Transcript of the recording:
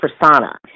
persona